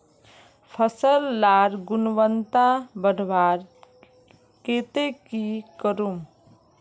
फसल लार गुणवत्ता बढ़वार केते की करूम?